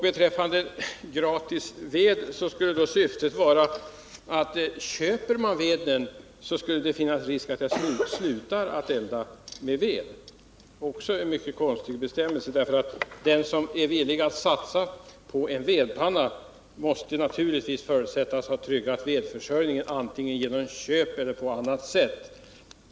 Beträffande föreskriften om gratis ved skulle tanken vara att om man måste köpa veden finns det risk för att man slutar elda med ved. Också en mycket konstig bestämmelse! Den som är villig att satsa på en vedpanna måste naturligtvis förutsättas ha tryggat sin vedförsörjning antingen genom köp eller på annat sätt.